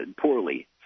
poorly